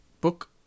book